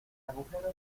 agujero